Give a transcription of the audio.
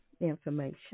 information